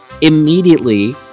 Immediately